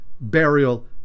burial